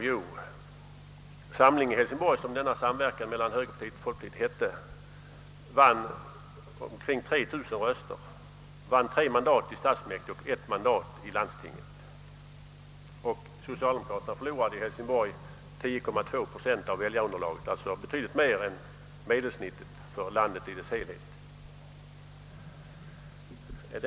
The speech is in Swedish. Jo, Samling i Hälsingborg, som denna samverkan mellan högerpartiet och folkpartiet i Hälsingborg hette, vann omkring 3 000 röster, vann tre mandat i stadsfullmäktige och ett mandat i landstinget, och socialdemokraterna förlorade i Hälsingborg 10,2 procent av väljarunderlaget, alltså betydligt mer än genomsnittet för landet i dess helhet.